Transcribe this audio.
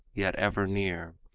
yet ever near,